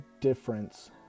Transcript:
difference